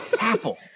Apple